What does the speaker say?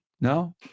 no